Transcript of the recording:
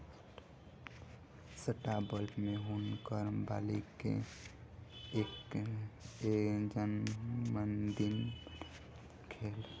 Starbucks में हुनकर बालिका के जनमदिन मनायल गेल